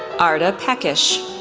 arda pekis,